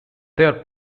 their